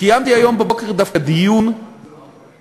קיימתי היום בבוקר דווקא דיון שבו